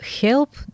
help